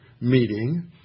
meeting